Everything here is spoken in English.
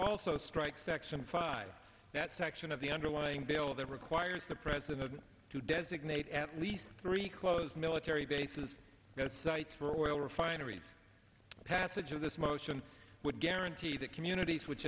also strike section five that section of the underlying bill that requires the president to designate at least three close military bases and sites for oil refineries passage of this motion would guarantee that communities which